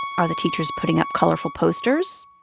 are the teachers putting up colorful posters?